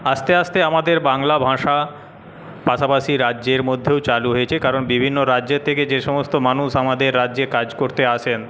আস্তে আস্তে আমাদের বাংলা ভাষা পাশাপাশি রাজ্যের মধ্যেও চালু হয়েছে কারণ বিভিন্ন রাজ্যের থেকে যে সমস্ত মানুষ আমাদের রাজ্যে কাজ করতে আসেন